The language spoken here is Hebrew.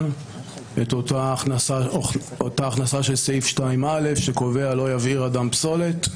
ואת ההכנסה של סעיף 2א שקובע: לא יבעיר אדם פסולת.